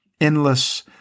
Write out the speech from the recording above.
endless